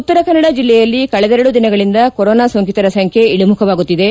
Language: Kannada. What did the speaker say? ಉತ್ತರಕನ್ನಡ ಜಿಲ್ಲೆಯಲ್ಲಿ ಕಳೆದೆರಡು ದಿನಗಳಿಂದ ಕೊರೊನಾ ಸೊಂಕಿತರ ಸಂಟ್ಮೆ ಇಳಮುಖವಾಗುತ್ತಿದೆ